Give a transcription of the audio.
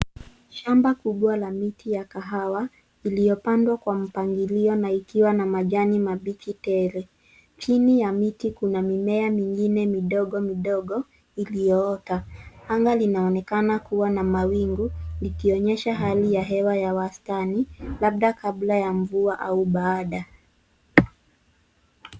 Shamba kubwa la miti ya kahawa iliyopandwa kwa mipangilio na ikiwa na majani mabichi tele. Chini ya miti kuna mimea minigine midogo midogo ilioota. Anga lionekana kuwa na mawingu likionyesha hewa ya wastani; labda kabla ya mvua au baada.